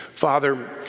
Father